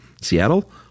Seattle